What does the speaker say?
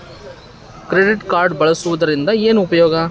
Credit card ಬಳಸುವದರಿಂದ ಏನು ಉಪಯೋಗ?